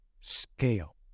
scale